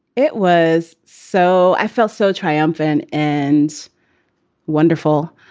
it was so i felt so triumphant and wonderful.